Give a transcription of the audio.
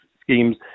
schemes